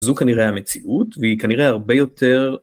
זו כנראה המציאות, והיא כנראה הרבה יותר...